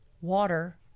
water